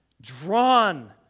drawn